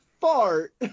fart